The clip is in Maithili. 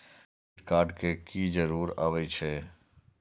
डेबिट कार्ड के की जरूर आवे छै?